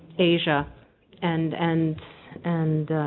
asia and and and